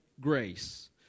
grace